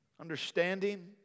understanding